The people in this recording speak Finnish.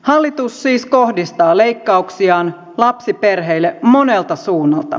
hallitus siis kohdistaa leikkauksiaan lapsiperheisiin monelta suunnalta